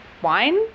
Wine